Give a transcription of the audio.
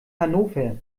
hannover